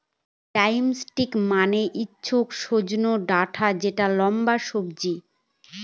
drumstick মানে হচ্ছে সজনে ডাটা যেটা লম্বা সবজি